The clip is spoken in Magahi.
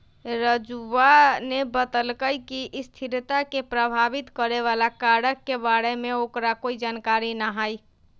राजूवा ने बतल कई कि स्थिरता के प्रभावित करे वाला कारक के बारे में ओकरा कोई जानकारी ना हई